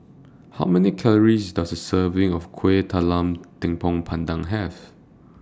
How Many Calories Does A Serving of Kueh Talam Tepong Pandan Have